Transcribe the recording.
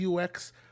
UX